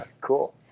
Cool